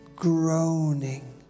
Groaning